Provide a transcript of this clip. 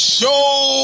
Show